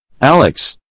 Alex